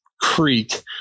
creek